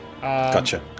gotcha